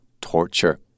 torture